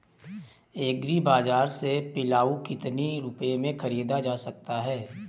Agree बाजार से पिलाऊ कितनी रुपये में ख़रीदा जा सकता है?